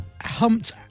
humped